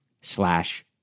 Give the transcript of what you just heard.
slash